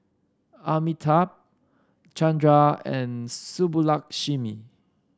Amitabh Chandra and Subbulakshmi